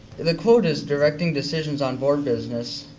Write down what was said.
the quote is, directing decisions on board business.